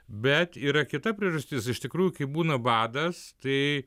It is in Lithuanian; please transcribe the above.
bet yra kita priežastis iš tikrųjų kai būna badas tai